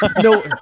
no